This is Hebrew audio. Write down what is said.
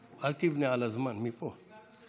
אל תבנה על הזמן שלו, עד שלוש דקות לרשותך.